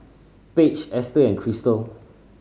Paige Esther and Cristal